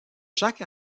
chaque